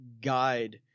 guide